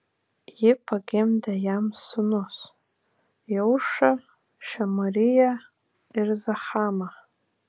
ji pagimdė jam sūnus jeušą šemariją ir zahamą